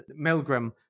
Milgram